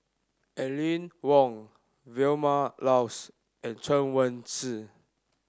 Aline Wong Vilma Laus and Chen Wen Hsi